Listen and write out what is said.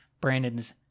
Brandon's